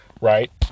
right